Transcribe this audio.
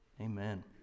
Amen